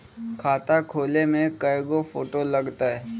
खाता खोले में कइगो फ़ोटो लगतै?